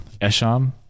Esham